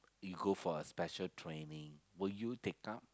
you go for a special training will you take up